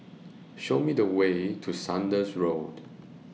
Show Me The Way to Saunders Road